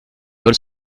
vols